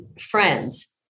friends